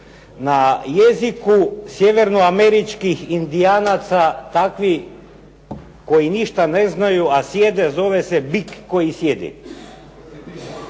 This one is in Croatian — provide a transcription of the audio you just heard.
Na jeziku sjeverno-američkih Indijanaca takvi koji ništa ne znaju a sjede zove se "bik koji sjedi".